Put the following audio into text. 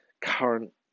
current